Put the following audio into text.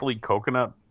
coconut